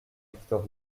victor